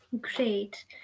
Great